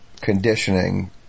conditioning